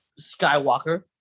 Skywalker